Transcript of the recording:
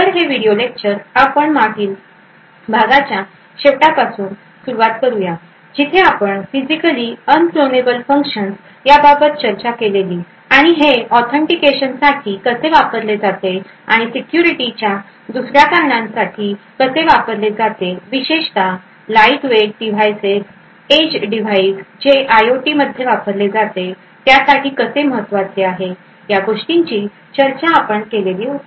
तर हे video lecture आपण मागील भागाच्या शेवटापासून सुरुवात करुया जिथे आपण फिजिकली अनक्लोनेबल फंक्शन्स याबाबत चर्चा केलेली आणि हे ऑथेंटिकेशन साठी कसे वापरले जाते आणि सिक्युरिटी च्या दुसऱ्या कारणांसाठी कसे वापरले जाते विशेषतः light weight devices edge device जे आयओटीमध्ये वापरले जाते त्यासाठी कसे महत्त्वाचे आहे या गोष्टींची चर्चा आपण केलेली होती